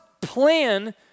plan